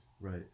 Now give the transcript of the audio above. right